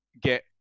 get